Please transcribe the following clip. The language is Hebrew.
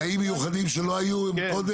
תנאים מיוחדים, שלא היו קודם?